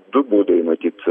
du būdai matyt